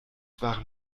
waren